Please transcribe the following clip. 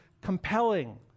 compelling